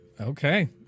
Okay